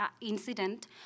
incident